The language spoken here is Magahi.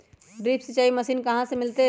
ड्रिप सिंचाई मशीन कहाँ से मिलतै?